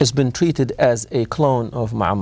has been treated as a clone of my